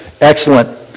Excellent